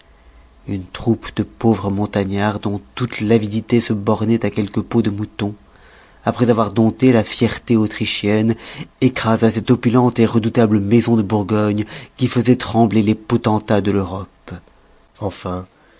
une troupe de pauvres montagnards dont toute l'avidité se bornoit à quelques peaux de moutons après avoir dompté la fierté autrichienne écrasa cette opulente maison de bourgogne qui faisoit trembler les potentats de l'europe enfin